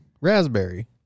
raspberry